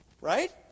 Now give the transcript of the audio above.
Right